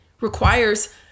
requires